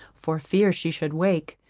for fear she should awake,